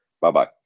Bye-bye